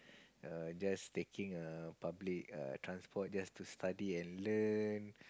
err just taking err public err transport just to study and learn